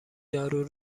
دارو